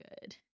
good